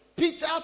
Peter